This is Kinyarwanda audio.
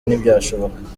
ntibyashoboka